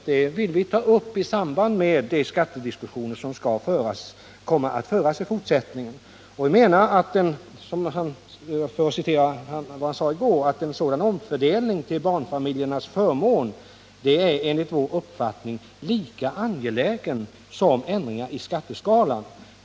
Vi vill ta upp den saken i samband med skattediskussionen som kommer att föras framöver. Vi menar att en omfördelning till barnfamiljernas förmån är lika angelägen som ändringar i skatteskalorna.